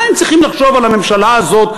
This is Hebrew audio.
מה הם צריכים לחשוב על הממשלה הזאת,